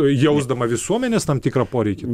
jausdama visuomenės tam tikrą poreikį